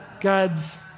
God's